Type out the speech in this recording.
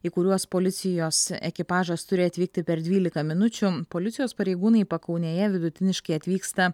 į kuriuos policijos ekipažas turi atvykti per dvylika minučių policijos pareigūnai pakaunėje vidutiniškai atvyksta